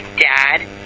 dad